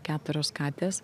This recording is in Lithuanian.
keturios katės